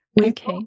okay